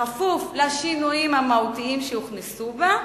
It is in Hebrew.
בכפוף לשינויים המהותיים שהוכנסו בה,